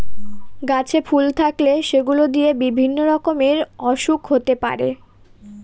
গাছে ফুল থাকলে সেগুলো দিয়ে বিভিন্ন রকমের ওসুখ হতে পারে